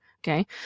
Okay